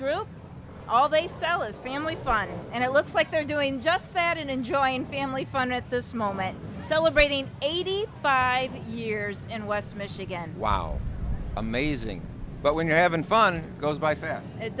group all they sell is family fun and it looks like they're doing just that and enjoying family fun at this moment celebrating eighty five years in west michigan wow amazing but when you're having fun goes by fast it